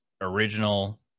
original